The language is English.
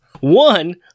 One